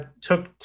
took